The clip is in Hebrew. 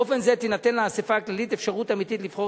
באופן זה תינתן לאספה הכללית אפשרות אמיתית לבחור